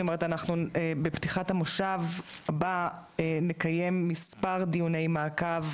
בפתיחת המושב הבא אנחנו נקיים מספר דיוני מעקב